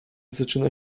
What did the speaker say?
zaczyna